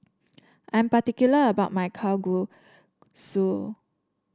I'm particular about my Kalguksu